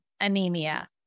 anemia